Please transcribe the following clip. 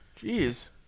Jeez